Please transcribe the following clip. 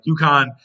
UConn